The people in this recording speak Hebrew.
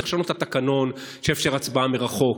צריך לשנות את התקנון כדי שיאפשר הצבעה מרחוק.